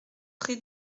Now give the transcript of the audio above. pré